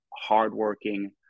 hardworking